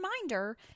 reminder